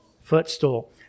Footstool